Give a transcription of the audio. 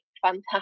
fantastic